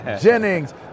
Jennings